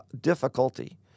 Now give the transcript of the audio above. difficulty